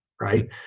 right